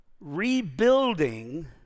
rebuilding